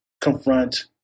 confront